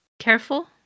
careful